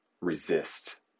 resist